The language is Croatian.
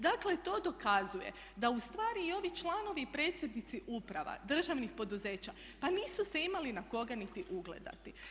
Dakle to dokazuje da ustvari i ovi članovi i predsjednici uprava, državnih poduzeća pa nisu se imali na koga niti ugledati.